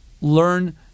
learn